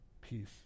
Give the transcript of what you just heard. peace